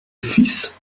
fils